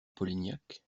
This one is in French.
polignac